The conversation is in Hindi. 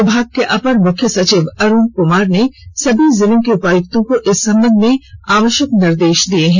विभाग के अपर मुख्य सचिव अरुण कुमार ने सभी जिलों के उपायुक्तों को इस संबंध में आवश्यक निर्देश दिए हैं